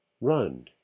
Run